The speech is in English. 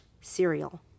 cereal